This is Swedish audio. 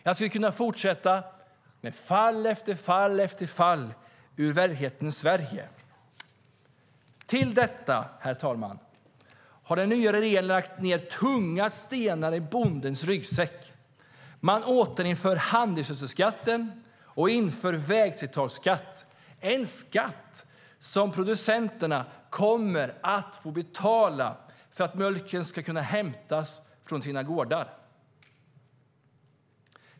Jag skulle kunna fortsätta med fall efter fall ur verklighetens Sverige.Herr talman! Till detta har den nya regeringen lagt ned tunga stenar i bondens ryggsäck. Man återinför handelsgödselskatten och inför vägslitageskatt. Det är en skatt som producenterna kommer att få betala för att mjölken ska kunna hämtas från deras gårdar.